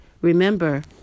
remember